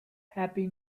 happy